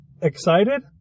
excited